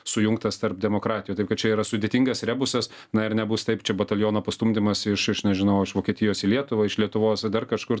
sujungtas tarp demokratijų taip kad čia yra sudėtingas rebusas na ir nebus taip čia bataliono pastumdymas iš iš nežinau iš vokietijos į lietuvą iš lietuvos dar kažkur